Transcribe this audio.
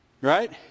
Right